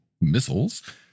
missiles